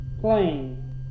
plane